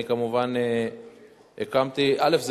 אני כמובן הקמתי, לא יכול להיות.